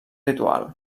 ritual